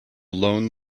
lone